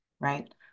right